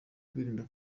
kwirinda